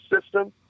system